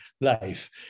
life